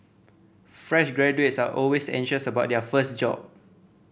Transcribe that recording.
fresh graduates are always anxious about their first job